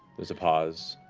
there's a pause,